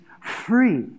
free